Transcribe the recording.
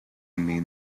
mean